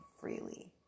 freely